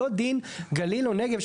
לא דין גליל או נגב,